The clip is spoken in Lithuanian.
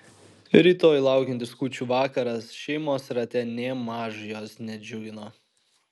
rytoj laukiantis kūčių vakaras šeimos rate nėmaž jos nedžiugino